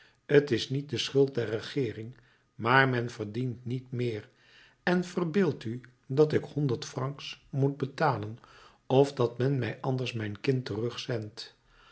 t is niet de schuld der regeering maar men verdient niet meer en verbeeldt u dat ik honderd francs moet betalen of dat men mij anders mijn kind terugzendt